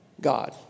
God